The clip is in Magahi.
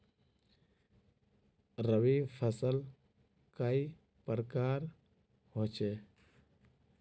रवि फसल कई प्रकार होचे?